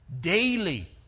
daily